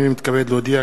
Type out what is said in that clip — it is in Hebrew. הנני מתכבד להודיע,